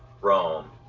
Rome